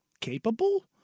capable